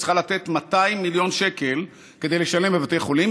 היא צריכה לתת 200 מיליון שקל כדי לשלם לבתי חולים.